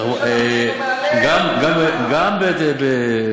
אני רוצה שנהיה מעליה.